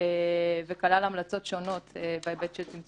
וכלל המלצות שונות בהיבט של צמצום